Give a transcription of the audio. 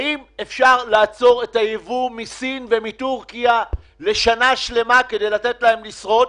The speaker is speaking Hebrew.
האם אפשר לעצור את הייבוא מסין ומטורקיה לשנה שלמה כדי לתת להם לשרוד,